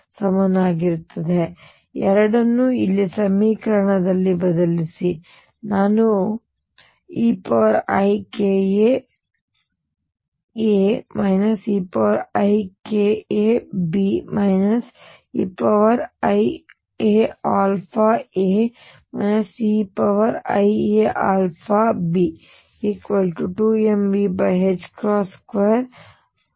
ಆದ್ದರಿಂದ ಈ ಎರಡನ್ನು ಇಲ್ಲಿ ಸಮೀಕರಣದಲ್ಲಿ ಬದಲಿಸಿ ನಾನು ಪಡೆಯುತ್ತೇನೆ eiαaA e iαaB2mV2iαψ